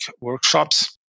workshops